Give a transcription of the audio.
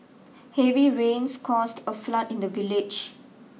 heavy rains caused a flood in the village